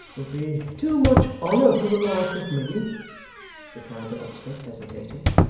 would be too much honour for the like of me replied the locksmith, hesitating.